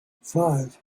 five